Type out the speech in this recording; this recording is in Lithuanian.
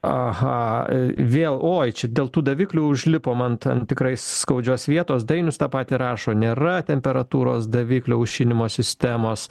aha e vėl oi čia dėl tų daviklių užlipom ant ant tikrai skaudžios vietos dainius tą patį rašo nėra temperatūros daviklių aušinimo sistemos